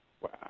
Wow